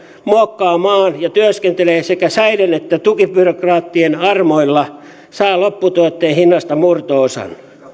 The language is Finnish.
muokkaa maan ja työskentelee sekä säiden että tukibyrokraattien armoilla saa lopputuotteen hinnasta murto osan